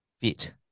fit